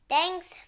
Thanks